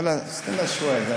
ואללה, סטנה שוואיה.